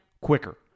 quicker